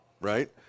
right